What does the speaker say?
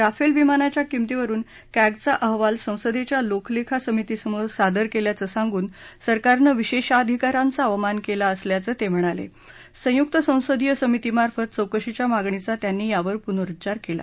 Rafale विमानांच्या किंमतीवरुन केंगचा अहवाल संसद्ध्या लोकलखा समितीसमोर सादर कल्प्राचं सांगून सरकारनं विशध्याधिकाराचा अवमान कला असल्याचं तस्तिणाल अंयुक्त संसदीय समितीमार्फत चौकशीच्या मागणीचा त्यांनी यावर पुनरुच्चार कला